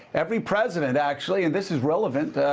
every president, actually, and this is relevant,